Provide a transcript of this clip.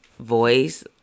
voice